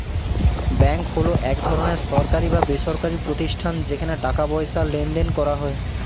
bank হলো এক ধরনের সরকারি বা বেসরকারি প্রতিষ্ঠান যেখানে টাকা পয়সার লেনদেন করা যায়